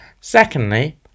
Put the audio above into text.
secondly